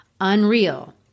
unreal